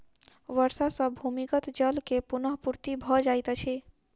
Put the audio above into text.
वर्षा सॅ भूमिगत जल के पुनःपूर्ति भ जाइत अछि